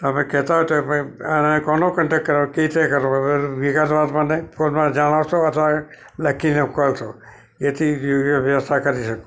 તમે કહેતાં હોય તો આને કોનો કોન્ટે કરવાનો કઈ રીતે કરું વિગતવાર મને ફોનમાં જણાવશો અથવા લખીને કહો છો એથી વ્યવસ્થા કરી શકું